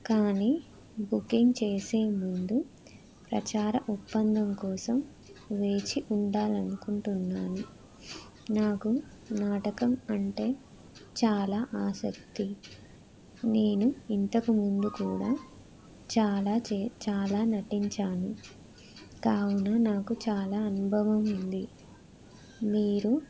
కానీ బుకింగ్ చేసే ముందు ప్రచార ఒప్పందం కోసం వేచి ఉండాలనుకుంటున్నాను నాకు నాటకం అంటే చాలా ఆసక్తి నేను ఇంతకు ముందు కూడా చాలా చే చాలా నటించాను కావున నాకు చాలా అనుభవం ఉంది మీరు